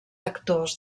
actors